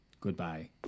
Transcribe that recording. goodbye